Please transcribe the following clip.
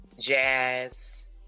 jazz